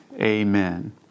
Amen